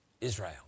Israel